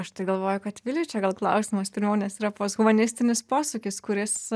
aš tai galvoju kad viliui čia gal klausimas pirmiau nes yra posthumanistinis posūkis kuris